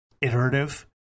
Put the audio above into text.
iterative